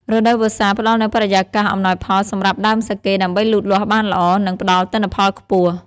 រដូវវស្សាផ្ដល់នូវបរិយាកាសអំណោយផលសម្រាប់ដើមសាកេដើម្បីលូតលាស់បានល្អ និងផ្ដល់ទិន្នផលខ្ពស់។